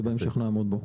ובהמשך נעמוד בו.